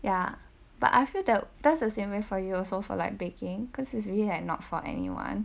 ya but I feel that that's the same way for you also for like baking cause it's really like not for anyone